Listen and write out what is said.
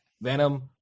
Venom